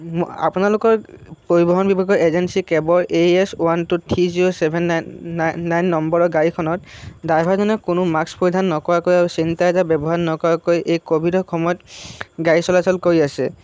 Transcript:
আপোনালোকৰ পৰিবহণ বিভাগৰ এজেঞ্চি কেবৰ A S one two three zero seven nine nine nine নম্বৰৰ গাড়ীখনত ড্ৰাইভাৰজনে কোনো মাস্ক পৰিধান নকৰাকৈ আৰু চেনিটাইজাৰ ব্যৱহাৰ নকৰাকৈ এই ক'ভিডৰ সময়ত গাড়ী চলাচল কৰি আছে